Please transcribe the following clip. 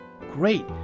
Great